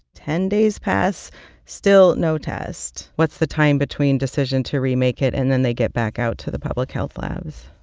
ten days pass still no test what's the time between decision to remake it and then they get back out to the public health labs?